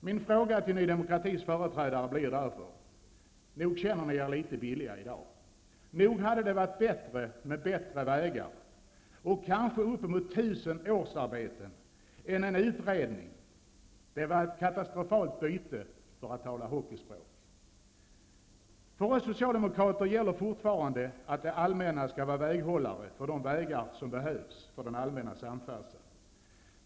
Min fråga till Ny demokratis företrädare blir därför: Känner ni er inte litet billiga i dag, nog hade det varit bättre med bättre vägar och kanske uppemot 1 000 årsarbeten än en utredning? Det var ett katastrofalt byte för att tala hockeyspråk. För oss socialdemokrater gäller fortfarande att det allmänna skall vara väghållare för de vägar som behövs för den allmänna samfärdseln.